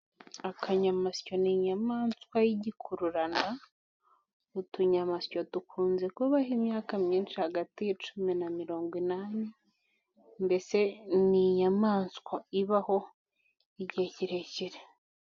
Akanyamasyo ni inyamaswa y' igikururanda. Utunyamasyo dukunze kubaho imyaka myinshi, hagati y'icumi na mirongo inani. Mbese ni inyamaswa ibaho igihe kirekire.